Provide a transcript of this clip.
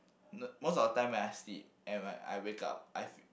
the most of the time when I sleep and when I wake up I feel